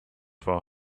for